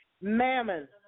mammon